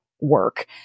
work